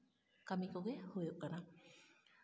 ᱠᱟᱹᱢᱤ ᱠᱚᱜᱮ ᱦᱩᱭᱩᱜ ᱠᱟᱱᱟ